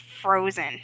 frozen